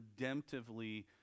redemptively